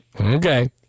Okay